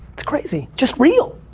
it's crazy. just real.